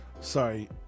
Sorry